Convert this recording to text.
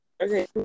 Okay